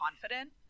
confident